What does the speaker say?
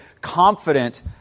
confident